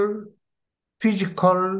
physical